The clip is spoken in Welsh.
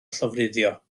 llofruddio